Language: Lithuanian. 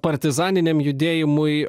partizaniniam judėjimui